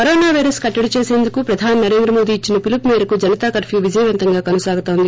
corona virus కట్టడి చేసేందుకు భారత ప్రధాని నరేంద్ర మోదీ ఇచ్చిన పిలుపు మేరకు జనతా కర్పూర విజయవంతంగా కొనసాగుతోంది